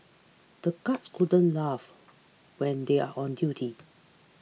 the guards couldn't laugh when they are on duty